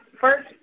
first